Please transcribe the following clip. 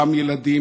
גם ילדים,